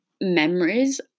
memories